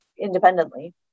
independently